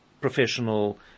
professional